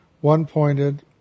one-pointed